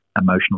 emotional